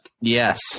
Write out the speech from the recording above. Yes